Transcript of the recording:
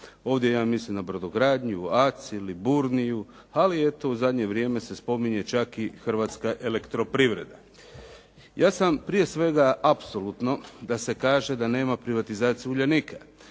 Ovdje ja mislim na brodogradnju, ACI i Liburniju, ali eto u zadnje vrijeme se spominjane čak i Hrvatska elektroprivreda. Ja sam prije svega apsolutno da se kaže da nema privatizacije "Uljanika".